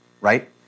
right